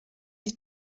die